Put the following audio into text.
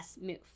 move